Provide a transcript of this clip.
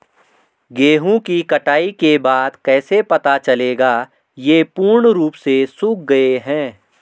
गेहूँ की कटाई के बाद कैसे पता चलेगा ये पूर्ण रूप से सूख गए हैं?